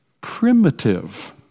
primitive